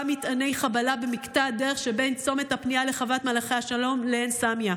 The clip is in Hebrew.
מטעני חבלה במקטע הדרך שבין צומת הפנייה לחוות מלאכי השלום לעין סמיה.